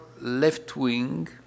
left-wing